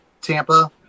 Tampa